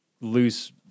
loose